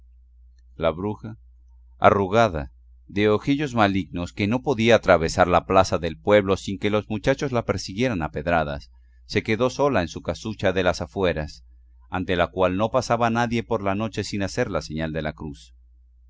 la bruja arrugada de ojillos malignos que no podía atravesar la plaza del pueblo sin que los muchachos la persiguieran a pedradas se quedó sola en su casucha de las afueras ante la cual no pasaba nadie por la noche sin hacer la señal de la cruz